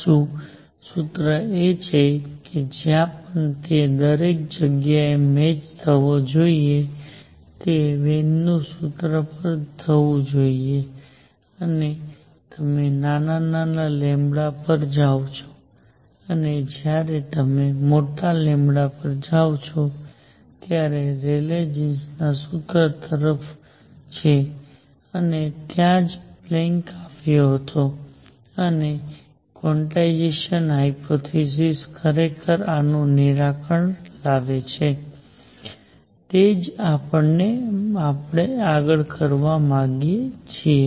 સાચુ સૂત્ર એ છે કે જ્યાં પણ તે દરેક જગ્યાએ મેચ થવો જોઈએ તે વેન ના સૂત્ર પર જવું જોઈએ જ્યારે તમે નાના λ પર જાઓ છો અને જ્યારે તમે મોટા માં જાઓ છો ત્યારે તે રેલે જીન્સ ના સૂત્ર તરફ છે અને ત્યાં જ પ્લેન્ક આવ્યો હતો અને ક્વોન્ટાઇઝેશન હાઈપોથેસિસ ખરેખર આનું નિરાકરણ લાવે છે અને તે જ આપણે આગળ કરવા માંગીએ છીએ